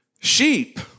Sheep